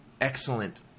Excellent